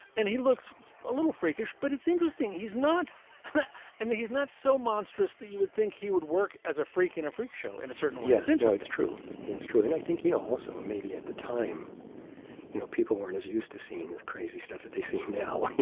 and he looks a little freakish but it's interesting. he's not but i mean he's not so monstrous that you would think he would work as a freak in a freak show in a certain way yeah it's actually so it's true it's true and i think you know also and maybe at the time you know people weren't as used to seeing the crazy stuff that they see now.